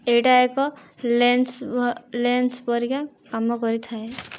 ଏଇଟା ଏକ lens lens ପରିକା କାମ କରିଥାଏ